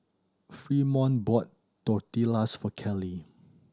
Fremont bought Tortillas for Kelly